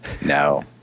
No